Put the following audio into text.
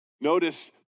Notice